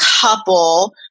couple